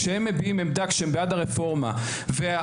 כשהם מביעים עמדה שהם בעד הרפורמה והדבר